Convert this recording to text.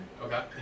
Okay